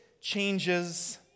changes